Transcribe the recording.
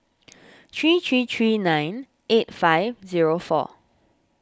three three three nine eight five zero four